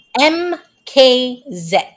M-K-Z